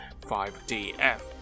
5DF